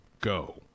go